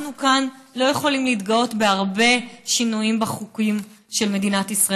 אנחנו כאן לא יכולים להתגאות בהרבה שינויים בחוקים של מדינת ישראל.